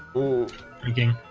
oh king